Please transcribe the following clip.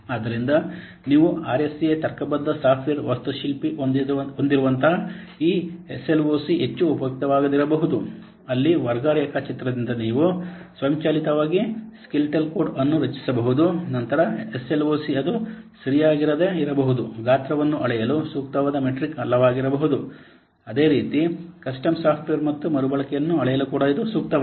ಆದ್ದರಿಂದ ನೀವು ಆರ್ಎಸ್ಎ ತರ್ಕಬದ್ಧ ಸಾಫ್ಟ್ವೇರ್ ವಾಸ್ತುಶಿಲ್ಪಿ ಹೊಂದಿರುವಂತೆ ಈ ಎಸ್ಎಲ್ಒಸಿ ಹೆಚ್ಚು ಉಪಯುಕ್ತವಾಗದಿರಬಹುದು ಅಲ್ಲಿ ವರ್ಗ ರೇಖಾಚಿತ್ರದಿಂದ ನೀವು ಸ್ವಯಂಚಾಲಿತವಾಗಿ ಸ್ಕೆಲಿಟಲ್ ಕೋಡ್ ಅನ್ನು ರಚಿಸಬಹುದು ನಂತರ ಎಸ್ಎಲ್ಒಸಿ ಅದು ಸರಿಯಾಗಿರದೆ ಇರಬಹುದು ಗಾತ್ರವನ್ನು ಅಳೆಯಲು ಸೂಕ್ತವಾದ ಮೆಟ್ರಿಕ್ ಆಗಿಲ್ಲವಾಗಿರಬಹುದು ಅದೇ ರೀತಿ ಕಸ್ಟಮ್ ಸಾಫ್ಟ್ವೇರ್ ಮತ್ತು ಮರುಬಳಕೆಯನ್ನು ಅಳೆಯಲು ಕೂಡ ಇದು ಸೂಕ್ತವಲ್ಲ